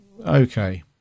okay